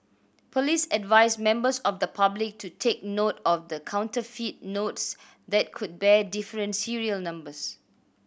police advised members of the public to take note of the counterfeit notes that could bear different serial numbers